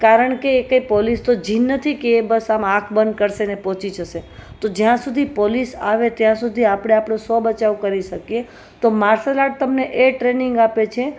કારણ કે એકે પોલીસનો જીન નથી કે એ બસ આંખ બંધ કરશે ને પહોંચી જશે તો જ્યાં સુધી પોલીસ આવે ત્યાં સુધી આપણે આપણો સ્વ બચાવ કરી શકીએ તો માર્શલ આર્ટ તમને એ ટ્રેનિંગ આપે છે